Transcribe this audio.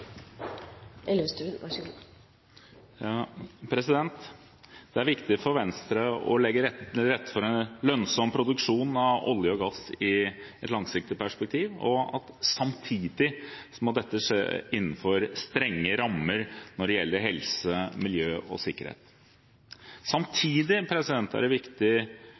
viktig for Venstre å legge til rette for lønnsom produksjon av olje og gass i et langsiktig perspektiv, og at dette samtidig må skje innenfor strenge rammer når det gjelder helse, miljø og sikkerhet. Samtidig er det viktig